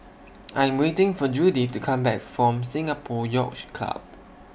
I'm waiting For Judyth to Come Back from Singapore Yacht Club